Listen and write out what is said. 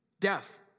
death